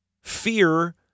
fear